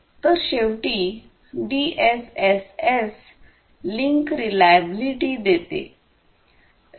तर शेवटी DSSS link reliability देते